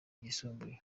ryisumbuye